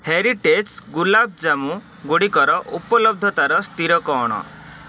heritage ଗୁଲାବ୍ ଜାମୁଗୁଡ଼ିକର ଉପଲବ୍ଧତାର ସ୍ଥିର କ'ଣ